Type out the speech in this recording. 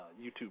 youtube